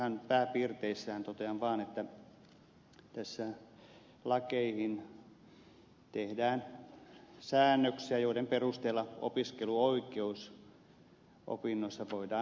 ihan pääpiirteissään totean vaan että tässä lakeihin tehdään säännöksiä joiden perusteella opiskeluoikeus opinnoissa voidaan peruuttaa